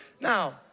Now